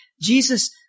Jesus